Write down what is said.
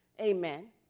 Amen